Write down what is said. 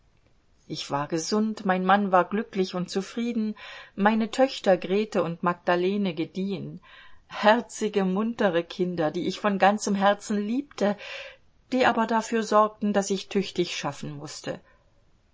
ich war gesund mein mann war glücklich und zufrieden meine töchter grete und magdalene gediehen herzige muntere kinder die ich von ganzem herzen liebte die aber dafür sorgten daß ich tüchtig schaffen mußte